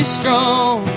strong